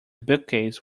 bookcase